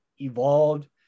evolved